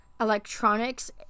electronics